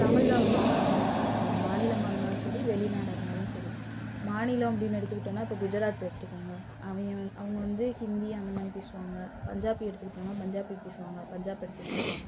தமிழ் தான் வந்து தாய்மொழி அது மாநிலமாக இருந்தாலும் சரி வெளிநாடாக இருந்தாலும் சரி மாநிலம் அப்படின்னு எடுத்துக்கிட்டோன்னால் இப்போ குஜராத் எடுத்துக்கோங்க அவங்க வந்து ஹிந்தி அந்த மாதிரி பேசுவாங்க பஞ்சாபி எடுத்துக்கிட்டோன்னால் பஞ்சாபி பேசுவாங்க பஞ்சாப் எடுத்துக்கிட்டோன்னால்